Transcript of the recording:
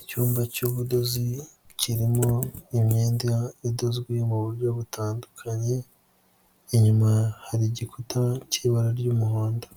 Icyumba cy'ubudozi kirimo imyenda idozwe mu buryo butandukanye, inyuma hari igikuta cy'ibara ry'umuhondo,